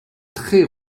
très